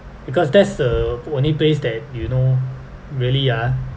because that's the only place that you know really ah